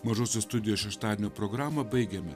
mažosios studijos šeštadienio programą baigiame